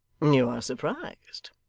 you are surprised?